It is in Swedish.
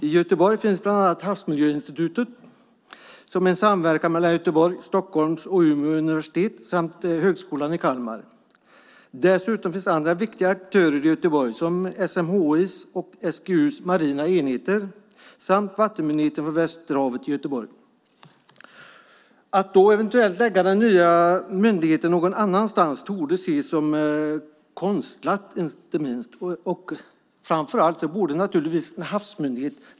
I Göteborg finns bland annat Havsmiljöinstitutet, som är en samverkan mellan Göteborgs, Stockholms och Umeå universitet samt Högskolan i Kalmar. Dessutom finns andra viktiga aktörer i Göteborg, som SMHI:s och SGU:s marina enheter samt Vattenmyndigheten för Västerhavet. Att då eventuellt lägga den nya myndigheten någon annanstans torde ses som minst sagt konstlat. En havsmyndighet borde naturligtvis ligga vid havet.